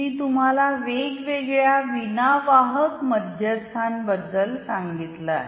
मी तुम्हाला वेगवेगळ्या विनावाहक मध्यस्थांबद्दल सांगितले आहे